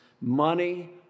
money